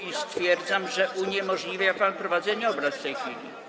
i stwierdzam, że uniemożliwia pan prowadzenie obrad w tej chwili.